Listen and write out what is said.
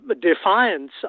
defiance